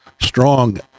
strong